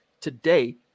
today